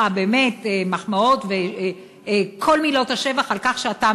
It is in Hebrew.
באמת מחמאות וכל מילות השבח על כך שאתה,